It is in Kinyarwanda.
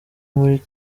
muri